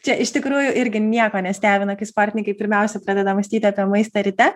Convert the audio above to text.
čia iš tikrųjų irgi nieko nestebina kai sportininkai pirmiausia pradeda mąstyti apie maistą ryte